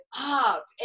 up